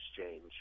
exchange